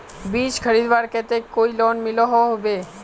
बीज खरीदवार केते कोई लोन मिलोहो होबे?